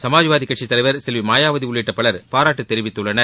சமாஜ்வாதி கட்சித் தலைவர் செல்வி மாயாவதி உள்ளிட்ட பலர் பாராட்டு தெரிவித்துள்ளனர்